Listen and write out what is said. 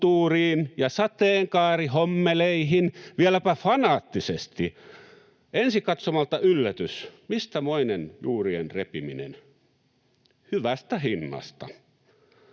ja sateenkaarihommeleihin, vieläpä fanaattisesti. Ensi katsomalta yllätys — mistä moinen juurien repiminen? Hyvästä hinnasta.